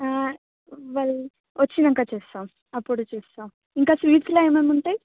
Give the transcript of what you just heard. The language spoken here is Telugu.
వల్ వచ్చినాక చూస్తాం అప్పుడు చూస్తాం ఇంకా స్వీట్స్లో ఏమేం ఉంటాయి